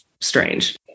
strange